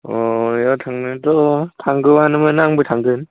अह बेयाव थांनोथ' थांगौआनोमोन आंबो थांगोन